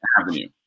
Avenue